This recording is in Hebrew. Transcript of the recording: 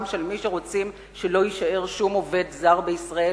של מי שרוצים שלא יישאר שום עובד זר בישראל,